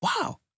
Wow